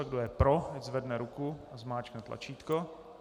Kdo je pro, ať zvedne ruku a zmáčkne tlačítko.